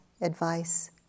advice